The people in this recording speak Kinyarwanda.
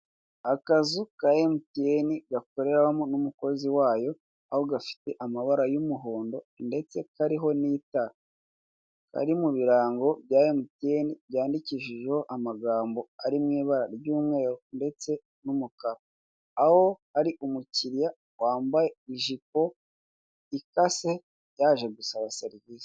Akazu ka emutiyeni, gakoreramo n'umukozi wayo, aho gafite amabara y'umuhondo, ndetse kariho n'itara. Kari mu birango bya emutiyeni, byandikishijeho amagambo ari mu ibara ry'umweru ndetse n'umukara. Aho hari umukiriya wambaye ijipo ikase, yaje gusaba serivise.